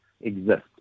exist